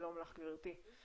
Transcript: שלום לך, גברתי.